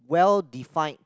well defined